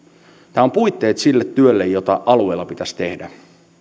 tämä on puitteet sille työlle jota alueilla pitäisi tehdä